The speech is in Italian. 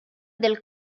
del